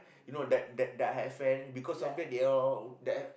you know die die die hard fan because sometime they all that